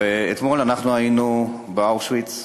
אתמול אנחנו היינו באושוויץ,